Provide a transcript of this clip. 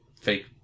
fake